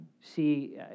See